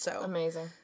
Amazing